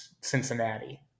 Cincinnati